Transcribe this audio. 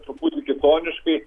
truputį kitoniškai